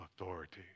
authority